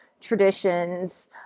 traditions